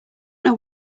know